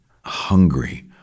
hungry